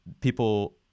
People